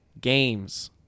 games